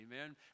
amen